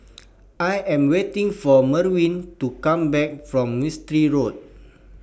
I Am waiting For Merwin to Come Back from Mistri Road